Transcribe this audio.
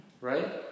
right